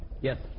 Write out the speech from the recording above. Yes